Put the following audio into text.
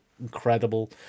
incredible